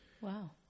Wow